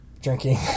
drinking